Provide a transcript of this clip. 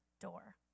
door